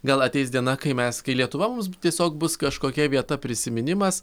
gal ateis diena kai mes kai lietuva mums tiesiog bus kažkokia vieta prisiminimas